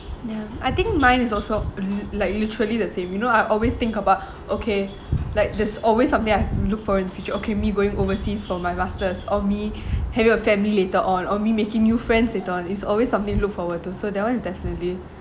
I think mine is also like literally the same you know I always think about okay like there's always something I look forward to in the future okay me going overseas for my masters or me having a family later on or me making new friends later on it's always something look forward to so that one is definitely